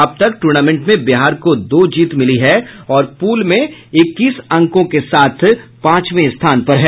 अब तक टूर्नामेंट में बिहार को दो जीत मिली है और पूल में इक्कीस अंकों के साथ पांचवें स्थान पर है